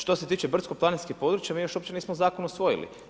Što se tiče brdsko-planinskih područja mi još uopće nismo zakon usvojili.